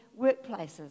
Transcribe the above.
workplaces